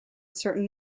certain